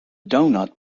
doughnut